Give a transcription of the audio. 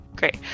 Great